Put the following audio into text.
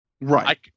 right